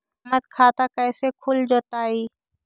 हमर खाता कैसे खुल जोताई?